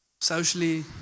socially